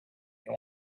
you